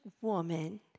woman